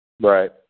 Right